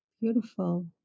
beautiful